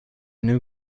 new